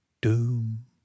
doom